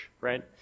right